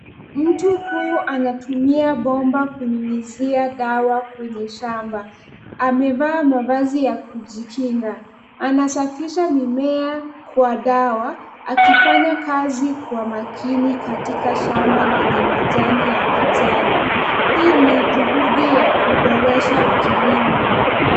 Mtu huyu anatumia bomba kunyunyizia dawa kwenye shamba. Amevaa mavazi ya kujikinga. Anasafisha mimea kwa dawa akifanya kazi kwa makini katika shamba lenye majani ya kijani. Hii ni juhudi ya kuboresha kilimo.